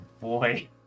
boy